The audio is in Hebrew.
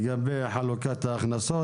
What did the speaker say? לגבי חלוקת ההכנסות.